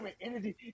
energy